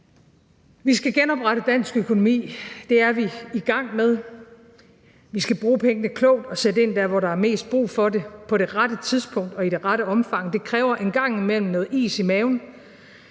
Vi skal genoprette dansk økonomi, og det er vi i gang med. Vi skal bruge pengene klogt og sætte ind der, hvor der er mest brug for det, på det rette tidspunkt og i det rette omfang. Det kræver en gang imellem noget is i maven,